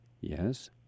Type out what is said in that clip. Yes